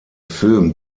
film